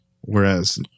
whereas